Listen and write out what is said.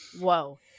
Whoa